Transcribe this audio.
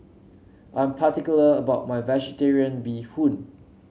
I'm particular about my vegetarian Bee Hoon